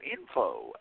info